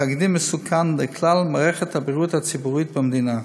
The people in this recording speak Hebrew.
ותקדים מסוכן לכלל מערכת הבריאות הציבורית במדינה.